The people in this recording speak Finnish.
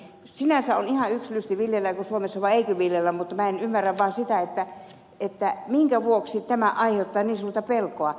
sinänsä on ihan yks lysti viljelläänkö suomessa vai eikö viljellä mutta minä en ymmärrä vaan sitä minkä vuoksi tämä aiheuttaa niin suurta pelkoa